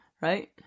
Right